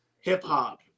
hip-hop